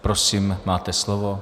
Prosím, máte slovo.